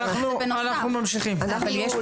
הן המעסיק.